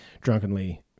drunkenly